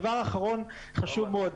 דבר אחרון חשוב מאוד.